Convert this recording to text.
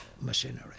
machinery